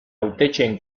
hautetsien